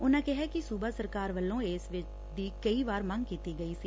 ਉਨੂਾਂ ਕਿਹਾ ਕਿ ਸੂਬਾ ਸਰਕਾਰ ਵੱਲੋਂ ਇਸ ਦੀ ਕਈ ਵਾਰ ਮੰਗ ਕੀਤੀ ਗਈ ਸੀ